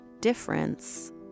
difference